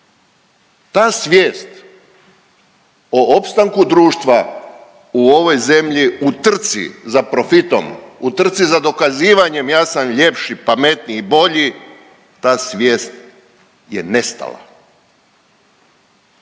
Ta svijest o opstanku društva u ovoj zemlji u trci za profitom, u trci za dokazivanjem ja sam ljepši, pametniji i bolji, ta svijest je nestala.